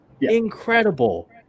incredible